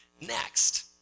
next